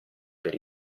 per